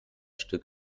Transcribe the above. stück